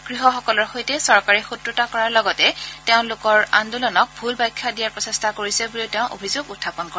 কৃষকসকলৰ সৈতে চৰকাৰে শক্ৰতা কৰাৰ লগতে তেওঁলোকৰ আন্দোলনক ভুল ব্যাখ্যা দিয়াৰ প্ৰচেষ্টা কৰিছে বুলিও তেওঁ অভিযোগ উখাপন কৰে